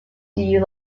you